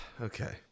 Okay